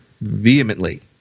vehemently